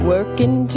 Working